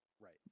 right